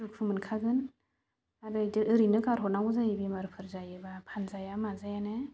दुखु मोनखागोन आरो ओरैनो गारहरनांंगौ जायो बेमारफोर जायोबा फानजाया माजायानो